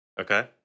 Okay